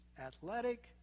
athletic